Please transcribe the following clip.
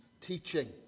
teaching